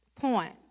point